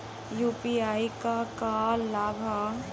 UPI क का का लाभ हव?